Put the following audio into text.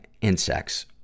insects